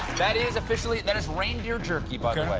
that is officially that is reindeer jerky, by the way.